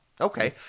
Okay